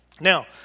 now